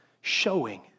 showing